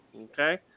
Okay